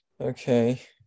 Okay